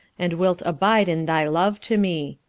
and wilt abide in thy love to me.